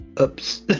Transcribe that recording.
oops